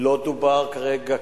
לא דובר כרגע,